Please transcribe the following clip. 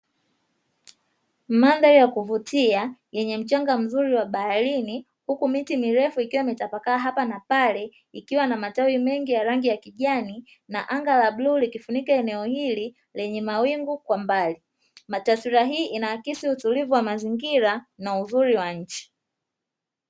Mandhari ya kuvutia yenye mchanga mzuri wa baharini huku miti mirefu, ikiwa imetapakaa hapa na pale ikiwa na matawi mengi ya rangi ya kijani na anga la bluu likifunika eneo hili lenye mawingu kwa mbali na taswira hii inaakisi utulivu wa mazingira na uzuri wa nchi.